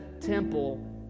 temple